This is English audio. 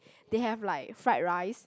they have like fried rice